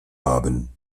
haben